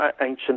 ancient